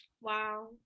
Wow